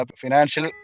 financial